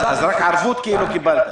אז רק ערבות כאילו קיבלתם.